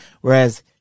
Whereas